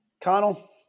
Connell